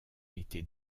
été